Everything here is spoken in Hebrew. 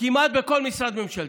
כמעט בכל משרד ממשלתי,